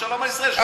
ושלום על ישראל.